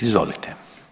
Izvolite.